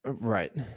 Right